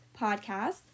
podcast